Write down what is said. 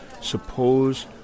Suppose